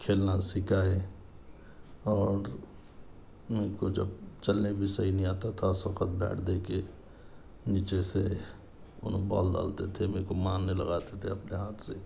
کھیلنا سکھائے اور میرے کو جب چلنے بھی صحیح نہیں آتا تھا اُس وقت بیٹ دے کے نیچے سے انہوں بال ڈالتے تھے میرے کو مارنے لگاتے تھے اپنے ہاتھ سے